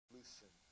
Loosen